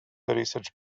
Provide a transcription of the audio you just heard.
research